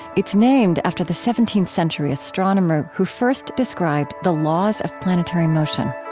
it's named after the seventeenth century astronomer who first described the laws of planetary motion